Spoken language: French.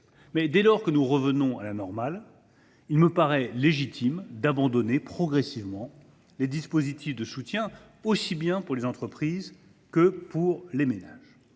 lors que la situation revient à la normale, il me paraît légitime d’abandonner progressivement les dispositifs de soutien, aussi bien pour les entreprises que pour les ménages.